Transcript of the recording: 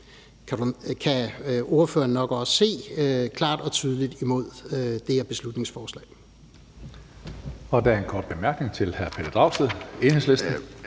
kan ordføreren nok også se – er klart og tydeligt imod det her beslutningsforslag.